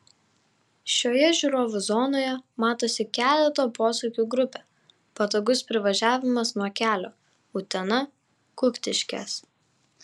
šioje žiūrovų zonoje matosi keleto posūkių grupė patogus privažiavimas nuo kelio utena kuktiškės